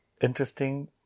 interesting